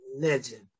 legend